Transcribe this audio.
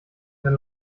wenn